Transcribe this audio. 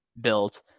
built